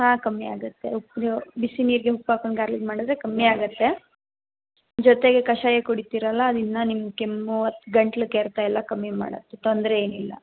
ಹಾಂ ಕಮ್ಮಿ ಆಗತ್ತೆ ಉಪ್ ಬಿಸಿ ನೀರಿಗೆ ಉಪ್ಪು ಹಾಕ್ಕೊಂಡು ಗಾರ್ಗ್ಲಿಂಗ್ ಮಾಡಿದರೆ ಕಮ್ಮಿ ಆಗತ್ತೆ ಜೊತೆಗೆ ಕಷಾಯ ಕುಡಿತೀರಲ್ಲ ಅದು ಇನ್ನೂ ನಿಮ್ಮ ಕೆಮ್ಮು ಗಂಟಲು ಕೆರೆತ ಎಲ್ಲ ಕಮ್ಮಿ ಮಾಡತ್ತೆ ತೊಂದರೆ ಏನಿಲ್ಲ